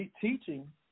teaching